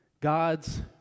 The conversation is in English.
God's